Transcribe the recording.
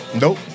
Nope